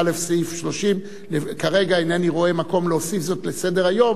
לפי סעיף 30. כרגע אינני רואה מקום להוסיף זאת לסדר-היום,